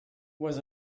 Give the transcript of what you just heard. was